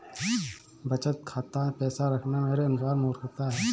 बचत खाता मैं पैसा रखना मेरे अनुसार मूर्खता है